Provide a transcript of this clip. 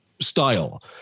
style